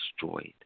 destroyed